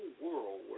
world